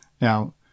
Now